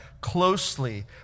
closely